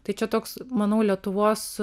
tai čia toks manau lietuvos